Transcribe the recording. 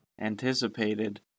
anticipated